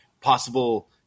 possible